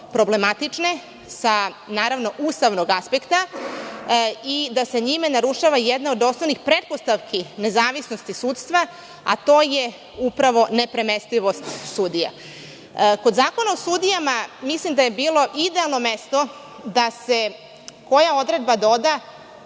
problematične sa, naravno, ustavnog aspekta i da se njime narušava jedna od osnovnih pretpostavki nezavisnosti sudstva, a to je upravo nepremestivost sudija. Kod Zakona o sudijama mislim da je bilo idealno mesto da se doda odredba kada